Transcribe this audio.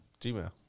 Gmail